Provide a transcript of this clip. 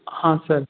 हाँ सर